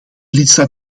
lidstaat